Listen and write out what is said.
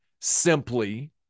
simply